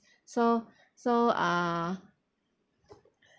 so so uh